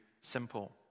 simple